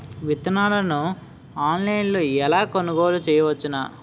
విత్తనాలను ఆన్లైన్లో ఎలా కొనుగోలు చేయవచ్చున?